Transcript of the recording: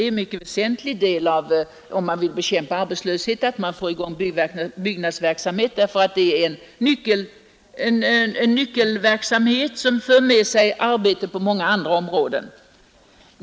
Traditionellt bekämpas arbetslöshet främst genom byggverksamhet, eftersom byggandet är en nyckelverksamhet som för med sig arbete på många andra områden.